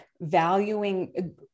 valuing